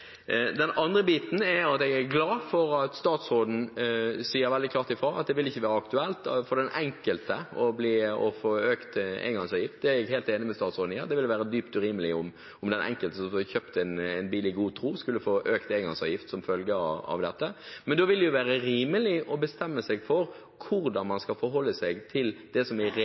at jeg er glad for at statsråden sier veldig klart fra om at det ikke vil være aktuelt for den enkelte å få økt engangsavgift. Det er jeg helt enig med statsråden i. Det ville være dypt urimelig om den enkelte som hadde kjøpt en bil i god tro, skulle få økt engangsavgiften som følge av dette. Men da ville det jo være rimelig å bestemme seg for hvordan man skal forholde seg til det som